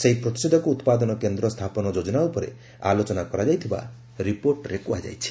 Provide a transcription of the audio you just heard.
ସେହି ପ୍ରତିଷେଧକ ଉତ୍ପାଦନ କେନ୍ଦ୍ର ସ୍ଥାପନ ଯୋଜନା ଉପରେ ଆଲୋଚନା କରାଯାଇଥିବା ରିପୋର୍ଟରେ କୁହାଯାଇଛି